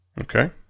Okay